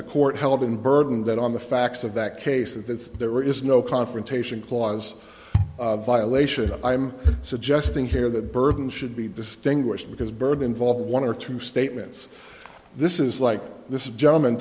the court held in burden that on the facts of that case and that there is no confrontation clause violation i'm suggesting here that burden should be distinguished because byrd involved one or two statements this is like this gentleman